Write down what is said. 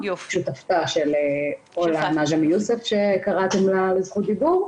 שותפה של עולא נג'מי יוסף שקראתם לה לזכות דיבור.